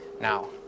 now